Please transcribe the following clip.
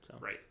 Right